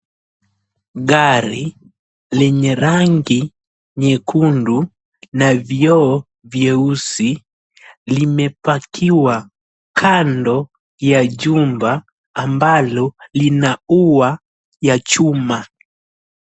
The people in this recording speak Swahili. Gari lenye rangi nyekundu na vioo vyeusi, limepakiwa kando ya jumba ambalo lina ua ya chuma.